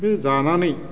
बे जानानै